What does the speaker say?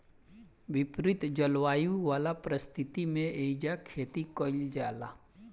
विपरित जलवायु वाला परिस्थिति में एइजा खेती कईल जाला